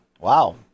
Wow